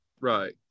Right